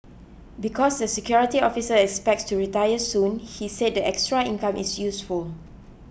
because the security officer expects to retire soon he said the extra income is useful